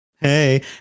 Hey